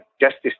justice